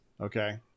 Okay